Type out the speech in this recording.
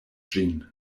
ĝin